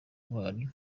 ntwari